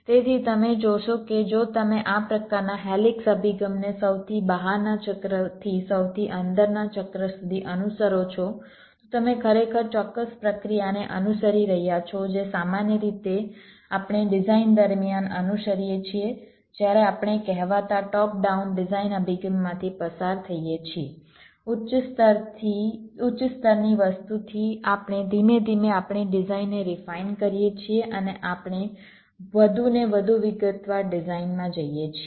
તેથી તમે જોશો કે જો તમે આ પ્રકારના હેલિક્સ અભિગમને સૌથી બહારના ચક્રથી સૌથી અંદરના ચક્ર સુધી અનુસરો છો તો તમે ખરેખર ચોક્કસ પ્રક્રિયાને અનુસરી રહ્યા છો જે સામાન્ય રીતે આપણે ડિઝાઇન દરમિયાન અનુસરીએ છીએ જ્યારે આપણે કહેવાતા ટોપ ડાઉન ડિઝાઇન અભિગમમાંથી પસાર થઈએ છીએ ઉચ્ચ સ્તરની વસ્તુથી આપણે ધીમે ધીમે આપણી ડિઝાઇનને રિફાઇન કરીએ છીએ અને આપણે વધુને વધુ વિગતવાર ડિઝાઇનમાં જઈએ છીએ